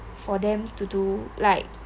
for them to do like